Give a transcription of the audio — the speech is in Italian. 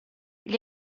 gli